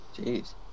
Jeez